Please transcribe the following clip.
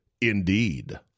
Indeed